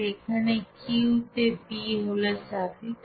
এখানে Q তে p হল সাফিক্স